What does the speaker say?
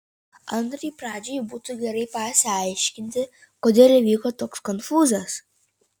antrai pradžiai būtų gerai pasiaiškinti kodėl įvyko toks konfūzas